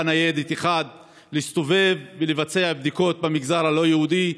ניידת אחת להסתובב ולבצע בדיקות במגזר הלא-יהודי.